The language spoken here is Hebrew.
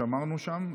שמרנו שם.